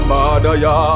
Madaya